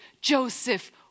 joseph